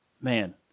Man